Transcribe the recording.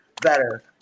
better